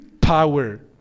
power